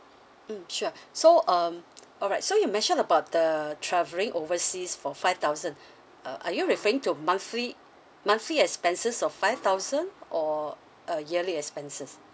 mm sure so um alright so you mention about the travelling overseas for five thousand uh are you referring to monthly monthly expenses of five thousand or a yearly expenses